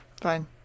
Fine